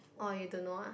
orh you don't know ah